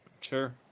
Sure